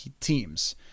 teams